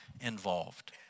involved